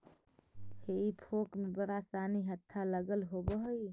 हेई फोक में बड़ा सानि हत्था लगल होवऽ हई